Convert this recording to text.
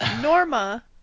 Norma